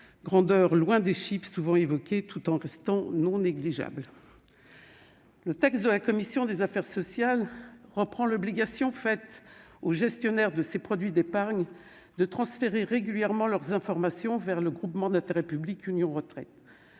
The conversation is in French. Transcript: est loin des chiffres souvent évoqués, même s'il reste non négligeable. Le texte de la commission des affaires sociales reprend l'obligation faite aux gestionnaires de ces produits d'épargne de transférer régulièrement leurs informations au groupement d'intérêt public Union Retraite.